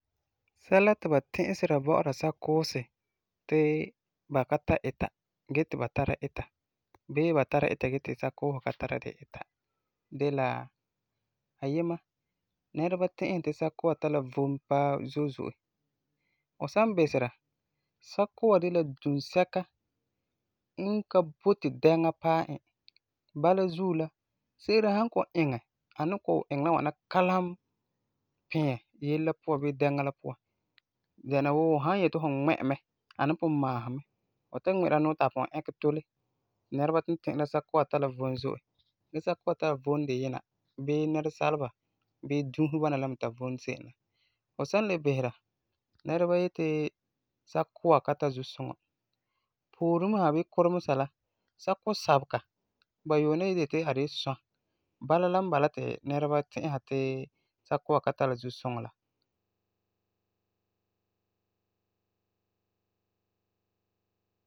Sɛla ti ba ti'isera bɔ'ɔra sakuusi ti ba ka tari ita gee ti ba tara ita, bii ba tara ita gee ti sakuusi ba ka tara ita de la; ayima, nɛreba ti'isɛ ti sakua tari la vom paa zo'e zo'e, fu san bisera, sakua de la dunsɛka n ka boti dɛŋa paɛ e, bala zuo la se'ere san kɔ'ɔm iŋɛ, a ni iŋɛ la ŋwana kalam yese yele la puan, bii dɛŋa la puan, dɛna wuu fu san yeti fu ŋmɛ e mɛ a ni pugum maasum mɛ, fu ta ŋmi'ira e la nuu ti a pugum ɛkɛ tole, ti nɛreba tugum ti'isɛ ti sakua tari la vom zo'e, gee sakua tari la vom diyina bii nɛre-saaleba bii dunsi bana la n tari vom se'em la. Fu san le bisera, nɛreba yeti sakua ka tari zusuŋɔ, pooren sa bii kuremi sa la, saku-sabelega, ba yuum ni yeti a de la sɔa bala la n bala ti nɛreba ti'isera ti sakua ka tari zusuŋɔ la.